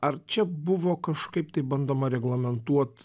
ar čia buvo kažkaip taip bandoma reglamentuot